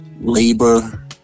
labor